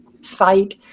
site